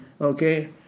okay